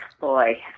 Boy